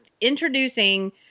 introducing